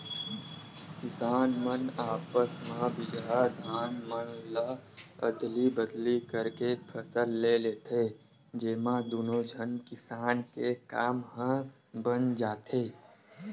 किसान मन आपस म बिजहा धान मन ल अदली बदली करके फसल ले लेथे, जेमा दुनो झन किसान के काम ह बन जाथे